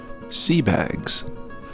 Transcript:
Seabags